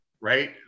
right